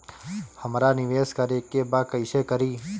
हमरा निवेश करे के बा कईसे करी?